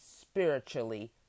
spiritually